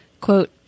Quote